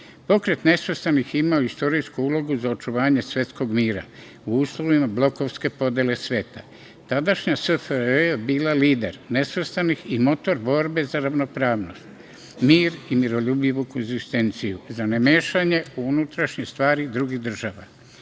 Nehru. Pokret nesvrstanih imao je istorijsku ulogu za očuvanje svetskog mira u uslovima blokovske podele sveta. Tadašnja SFRJ je bila lider nesvrstanih i motor borbe za ravnopravnost, mir i miroljubivu koegzistenciju, za ne mešanje u unutrašnje stvari drugih država.